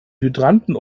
hydranten